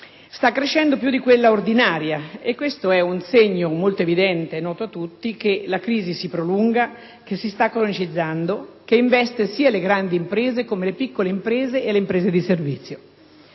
sta crescendo più di quella ordinaria. Questo è un segno molto evidente, e noto a tutti, del fatto che la crisi si prolunga, che si sta cronicizzando, che investe sia le grandi imprese come le piccole imprese e le imprese di servizio.